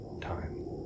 time